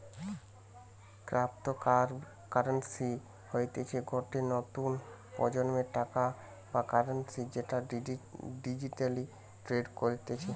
cryptocurrency হতিছে গটে নতুন প্রজন্মের টাকা বা কারেন্সি যেটা ডিজিটালি ট্রেড করতিছে